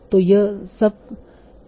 तो यह सब पेअरड रिडनड़ेंसी स्कोर होगा